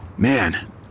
Man